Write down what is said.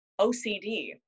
OCD